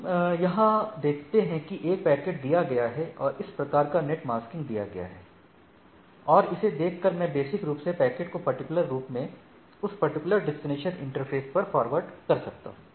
हम यहाँ क्या देखते हैं कि एक पैकेट दिया गया है और इस प्रकार का नेट मास्किंग दिया गया है और इसे देखकर मैं बेसिक रूप से पैकेट को पर्टिकुलर रूप से उस पर्टिकुलर डेस्टिनेशन इंटरफ़ेसपर फॉरवर्ड कर सकता हूं